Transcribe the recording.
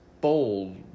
bold